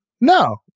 No